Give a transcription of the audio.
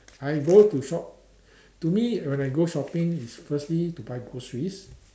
I go to shop to me when I go shopping is firstly to buy groceries